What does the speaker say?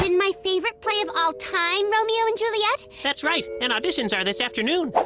and my favorite play of all time romeo and juliet? that's right, and auditions are this afternoon.